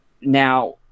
now